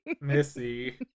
Missy